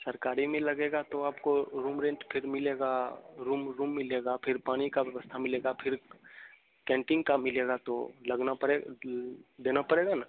सरकारी में लागेगा तो आपको रूम रेंट फिर मिलेगा रूम रूम मिलेगा फिर पानी का व्यवस्था मिलेगा फिर कैंटीन का मिलेगा तो लगना पड़े देना पड़ेगा न